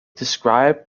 described